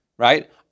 Right